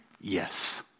Yes